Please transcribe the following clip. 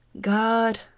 God